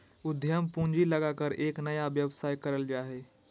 उद्यम पूंजी लगाकर एक नया व्यवसाय करल जा हइ